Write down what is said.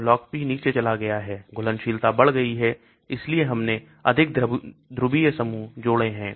तो LogP नीचे चला गया है घुलनशीलता बढ़ गई है इसलिए हमने अधिक ध्रुवीय समूह जुड़े हैं